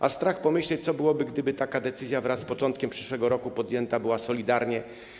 Aż strach pomyśleć, co byłoby, gdyby taka decyzja wraz z początkiem przyszłego roku podjęta była solidarnie.